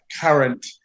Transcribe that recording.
current